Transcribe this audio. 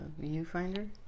viewfinder